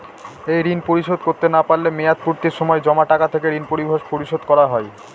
এই ঋণ পরিশোধ করতে না পারলে মেয়াদপূর্তির সময় জমা টাকা থেকে ঋণ পরিশোধ করা হয়?